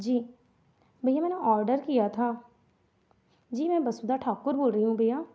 जी भैया मैंने ऑडर किया था जी मैं वसुधा ठाकुर बोल रही हूँ भैया